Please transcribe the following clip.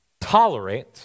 tolerate